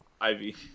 ivy